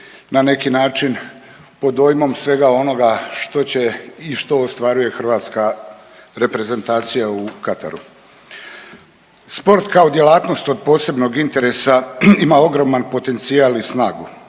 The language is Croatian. na neki način pod dojmom svega onoga što će i što ostvaruje hrvatska reprezentacija u Kataru. Sport kao djelatnost od posebnog interesa ima ogroman potencijal i snagu